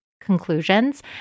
conclusions